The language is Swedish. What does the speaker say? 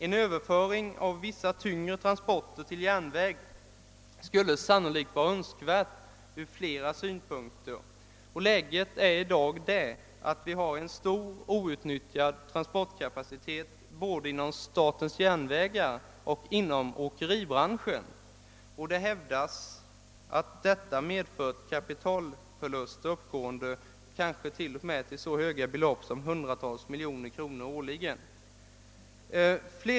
En överföring av vissa tyngre transporter till järnväg skulle sannolikt vara önskvärd ur flera synpunkter. Läget är i dag det, att vi har en stor outnyttjad transportkapacitet både inom statens järnvägar och inom åkeribranschen. Det hävdas att detta med fört kapitalförluster, som uppgår till hundratals miljoner kronor årligen.